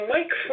Mike